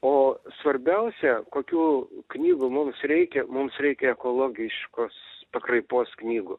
o svarbiausia kokių knygų mums reikia mums reikia ekologiškos pakraipos knygų